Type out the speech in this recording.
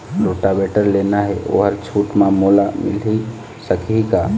Rotavator लेना हे ओहर छूट म मोला मिल सकही का?